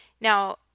Now